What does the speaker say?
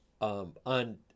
on